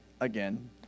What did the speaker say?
again